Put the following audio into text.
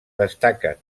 destaca